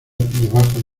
debajo